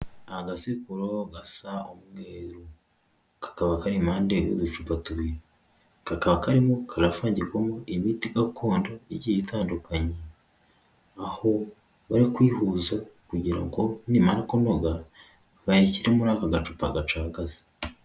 Agasekuru gasa umweru. Kakaba kari ipande y'uducupa tubiri. Kakaba karimo karavagirwamo imiti gakondo igiye itandukanye aho bari kuyihuza, kugira ngo nimara kunoga, bayishyirare muri aka gacupa gacagaze.